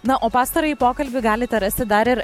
na o pastarąjį pokalbį galite rasti dar ir